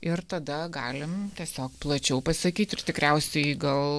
ir tada galim tiesiog plačiau pasakyt ir tikriausiai gal